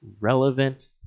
relevant